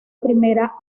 primera